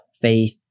faith